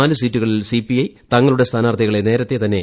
നാല് സീറ്റുകളിൽ തങ്ങളുടെ സ്ഥാനാർത്ഥികളെ നേരത്തെതന്നെ സി